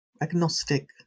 agnostic